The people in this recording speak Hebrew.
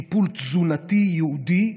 טיפול תזונתי ייעודי,